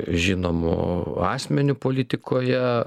žinomu asmeniu politikoje